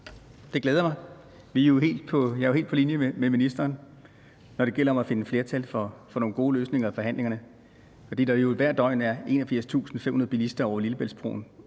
Det glæder mig. Jeg er jo helt på linje med ministeren, når det gælder om at finde flertal for nogle gode løsninger i forhandlingerne. For hvert døgn er der 81.500 bilister over Lillebæltsbroen,